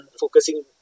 focusing